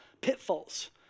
pitfalls